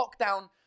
lockdown